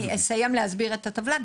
אני אסיים להסביר את הטבלה.